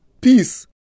Peace